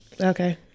Okay